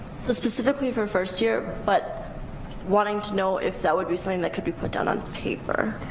so specifically for first year, but wanting to know if that would be something that could be put down on paper.